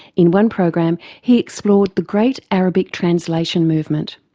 in one program he explored the great arabic translation movement.